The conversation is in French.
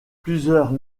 plusieurs